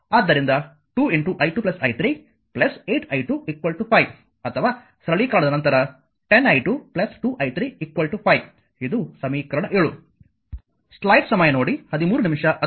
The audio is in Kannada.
ಆದ್ದರಿಂದ 2 i2 i3 8 i2 5 ಅಥವಾ ಸರಳೀಕರಣದ ನಂತರ 10i2 2 i3 5 ಇದು ಸಮೀಕರಣ 7